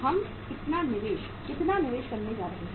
हम कितना निवेश करने जा रहे हैं